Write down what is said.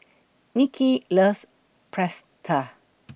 Nicky loves Pretzel